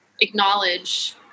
acknowledge